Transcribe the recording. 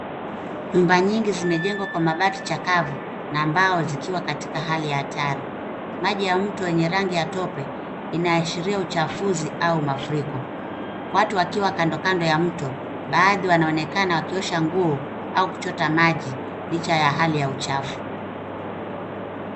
Nyumba nyingi zimejengwa kwa mabati chakavu na mbao zikiwa katika hali ya hatari. Maji ya mto yenye rangi ya tope, inaashiria uchafuzi au mafuriko. Watu wakiwa kando, kando ya mto, baadhi wanaonekana wakiosha nguo au kuchota maji licha ya hali ya uchafu.